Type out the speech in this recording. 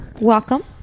Welcome